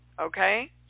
Okay